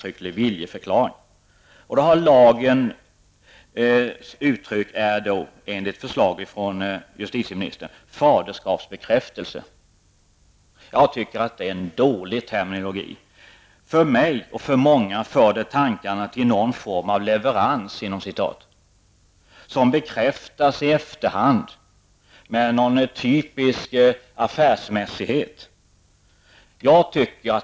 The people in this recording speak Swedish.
Enligt förslag från justitieministern skall denna viljeförklaring benämnas ''faderskapsbekräftelse''. Jag tycker att det är en dålig term. För mig och för många andra går då tankarna till någon form av ''leverans'' som bekräftas i efterhand på ett typiskt affärsmässigt sätt.